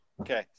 Okay